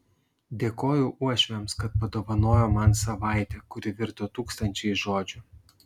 dėkoju uošviams kad padovanojo man savaitę kuri virto tūkstančiais žodžių